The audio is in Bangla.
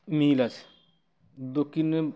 মিল আছে দক্ষিণের